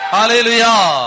Hallelujah